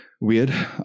weird